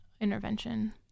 intervention